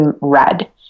red